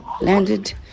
landed